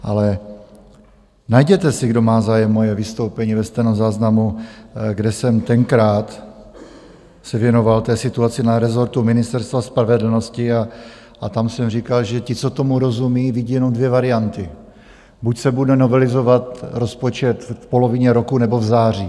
Ale najděte si, kdo má zájem, moje vystoupení ve stenozáznamu, kde jsem se tenkrát věnoval té situaci na rezortu Ministerstva spravedlnosti, a tam jsem říkal, že ti, co tomu rozumí, vidí jenom dvě varianty buď se bude novelizovat rozpočet v polovině roku, nebo v září.